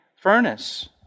furnace